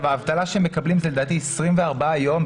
האבטלה שהם מקבלים זה לדעתי 24 יום,